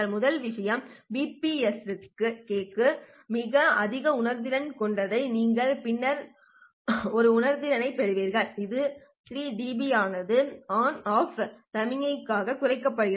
முதல் விஷயம் BPSK க்கு மிக அதிக உணர்திறன் கொண்டதாக இருக்கும் பின்னர் நீங்கள் ஒரு உணர்திறனைப் பெறுவீர்கள் இது 3dB ஆனது ஆன் ஆஃப் கீயிங்கிற்காக குறைக்கப்படுகிறது